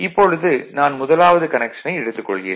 இப்பொழுது நான் முதலாவது கனெக்ஷனை எடுத்துக் கொள்கிறேன்